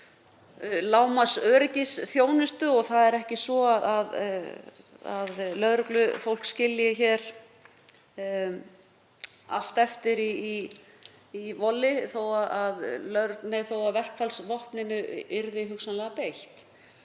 lágmarksöryggisþjónustu og það er ekki svo að lögreglufólk skilji hér allt eftir í volli þó að verkfallsvopninu yrði hugsanlega beitt.